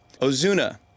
Ozuna